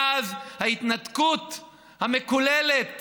מאז ההתנתקות המקוללת